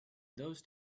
those